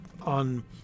on